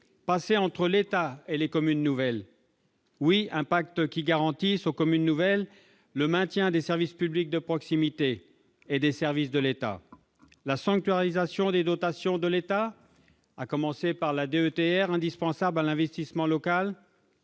passé entre l'État et les communes nouvelles, oui, un pacte qui garantisse aux communes nouvelles le maintien des services publics de proximité et des services de l'État, la sanctuarisation des dotations de l'État, à commencer par la DETR, indispensable à l'investissement local,